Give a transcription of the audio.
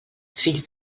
fill